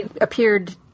appeared